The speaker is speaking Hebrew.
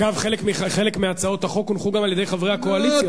חלק מהצעות החוק הונחו גם על-ידי חברי הקואליציה,